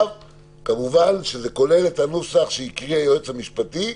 כמובן שזה כולל את הנוסח שהקריא היועץ המשפטי,